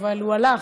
אבל הוא הלך.